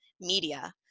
media